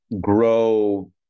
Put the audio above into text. grow